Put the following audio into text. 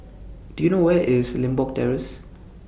Do YOU know Where IS Limbok Terrace